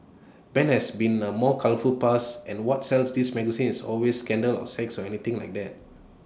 Ben has been A more colourful past and what sells these magazines always scandal sex or anything like that